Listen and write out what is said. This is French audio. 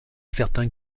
certain